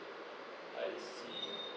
I see